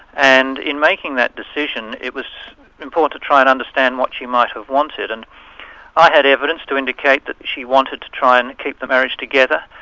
and in making that decision, it was important to try and understand what she might have wanted, and i had evidence to indicate that she wanted to try and keep the marriage together,